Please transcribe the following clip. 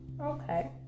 Okay